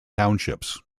townships